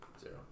Zero